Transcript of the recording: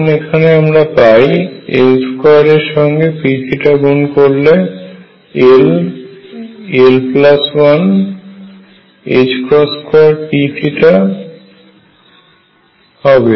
এখন এখানে আমরা পাই L2 এর সঙ্গে Pগুণ করলে l l যোগ 1 2 P হবে